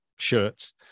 Shirts